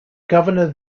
governor